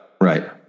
right